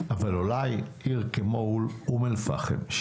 אבל אולי עיר כמו אום אל-פאחם,